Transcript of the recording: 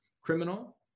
criminal